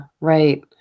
right